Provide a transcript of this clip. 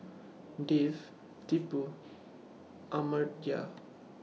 Dev Tipu Amartya